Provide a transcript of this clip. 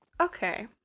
Okay